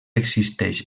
existeix